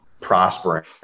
prospering